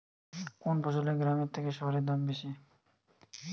কোন ফসলের গ্রামের থেকে শহরে দাম বেশি?